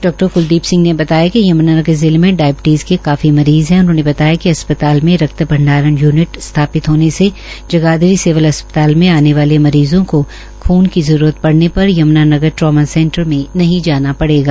डा क्लदीप सिह ने बताया कि यम्नानगर जिले में डायवि ीज में काफी मरीज़ हा उन्होंने बताया कि अस्पताल मे रक्त यूनि स्थापित होनेसे जगाधरी सिविल अस्पताल में आने वाले मरीजों को खून की जरूरत पड़ने पर यम्नानगर ट्रामा सें र में नहीं जाना पड़ेगा